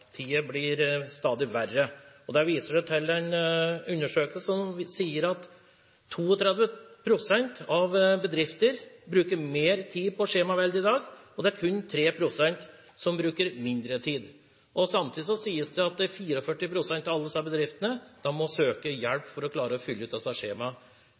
byråkratiet blir stadig verre. En undersøkelse viser at 32 pst. av bedriftene bruker mer tid på skjemavelde i dag, og det er kun 3 pst. som bruker mindre tid. Samtidig sies det at 44 pst. av alle disse bedriftene må søke hjelp for å klare å fylle ut